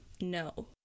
no